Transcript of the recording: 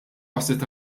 waslet